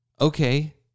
Okay